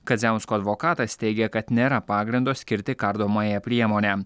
kadziausko advokatas teigia kad nėra pagrindo skirti kardomąją priemonę